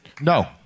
No